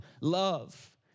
love